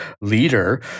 leader